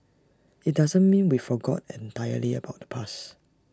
IT doesn't mean we forgot entirely about the past